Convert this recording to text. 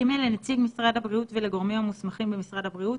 ג) לנציג משרד הבריאות ולגורמים המוסמכים במשרד הבריאות,